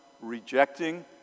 rejecting